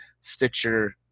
Stitcher